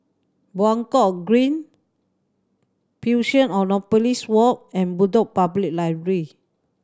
Buangkok Green Fusionopolis Walk and Bedok Public Library